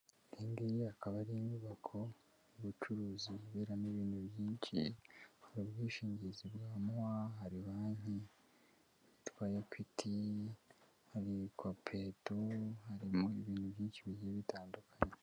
Iyi ngiyi akaba ari inyubako y'ubucuruzi buberamo ibintu byinshi, hari bwishingizi bwa mowa, hari banki yitwa ekwiti , hari kopeto, harimo ibintu byinshi bigiye bitandukanye.